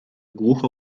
głucho